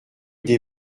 des